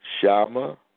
Shama